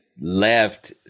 left